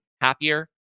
happier